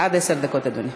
עד עשר דקות, אדוני.